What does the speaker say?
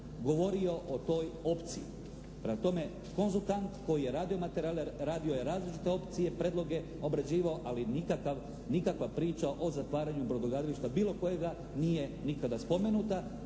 govorio o toj opciji. Prema tome, konzultant koji je radio materijale radio je različite opcije, prijedloge obrađivao, ali nikakva priča o zatvaranju brodogradilišta bilo kojega nije nikada spomenuta.